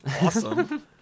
Awesome